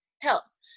helps